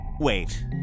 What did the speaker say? Wait